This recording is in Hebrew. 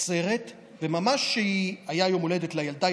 היה יום הולדת לילדה,